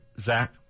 Zach